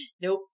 Nope